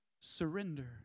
surrender